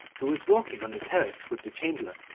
who was walking on the terrace with the chamberlain,